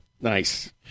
Nice